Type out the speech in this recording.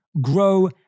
grow